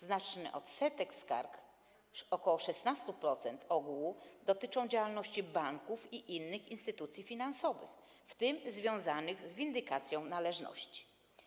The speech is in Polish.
Znaczny odsetek skarg, bo ok. 16% ogółu, dotyczy działalności banków i innych instytucji finansowych, w tym związanych z windykacją należności.